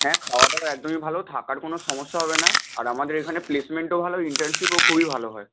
হ্যাঁ খাওয়া দাওয়া একদমই ভালো থাকার কোনো সমস্যা হবে না আর আমাদের এখানে প্লেসমেন্টও ভালো ইন্টার্নশিপও খুবই ভালো হয়